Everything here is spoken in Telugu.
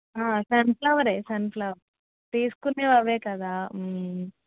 సన్ఫ్లవర్ ఏ సన్ఫ్లవరు తీసుకునేవి అవే కదా